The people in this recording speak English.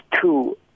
two